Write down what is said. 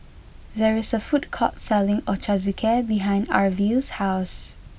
there is a food court selling Ochazuke behind Arvil's house